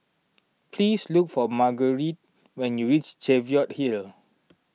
please look for Marguerite when you reach Cheviot Hill